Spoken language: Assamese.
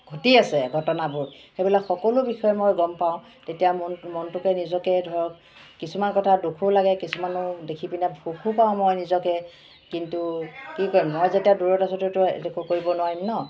ঘটি আছে ঘটনাবোৰ সেইবিলাক সকলো বিষয় মই গম পাওঁ তেতিয়া মনটোকে নিজকে ধৰক কিছুমান কথা দুখো লাগে কিছুমান দেখি পিনে সুখো পাওঁ মই নিজকে কিন্তু কি কৰিম মই যেতিয়া দূৰত আছিলোঁ তেতিয়াতো আৰু একো কৰিব নোৱাৰিম ন